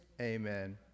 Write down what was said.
Amen